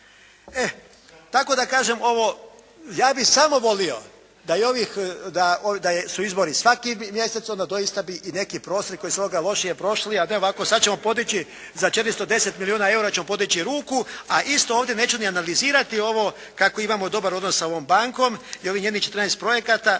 Tako da kažem ovo. Ja bih samo volio da su izbori svaki mjesec onda doista bi i neki …/Govornik se ne razumije./… koji su lošije prošli, a ne ovako sad ćemo podići, za 410 milijuna eura ćemo podići ruku a isto ovdje neću ni analizirati ovo kako imamo dobar odnos sa ovom bankom i ovih njenih četrnaest